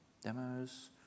Demos